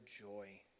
joy